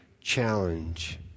challenge